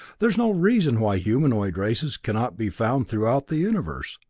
there's no reason why humanoid races cannot be found throughout the universe.